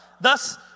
thus